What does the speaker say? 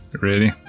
Ready